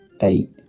eight